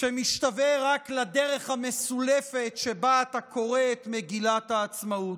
שמשתווה רק לדרך המסולפת שבה אתה קורא את מגילת העצמאות.